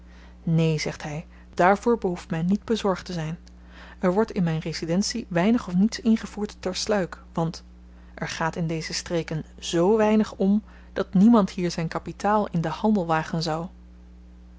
neen zegt hy dààrvoor behoeft men niet bezorgd te zyn er wordt in myn residentie weinig of niets ingevoerd ter sluik want er gaat in deze streken z weinig om dat niemand hier zyn kapitaal in den handel wagen zou